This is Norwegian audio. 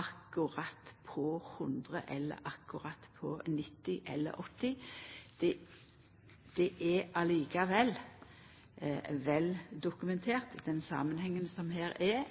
akkurat til 100 km/t, akkurat til 90 km/t eller akkurat til 80 km/t. Samanhengen